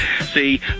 See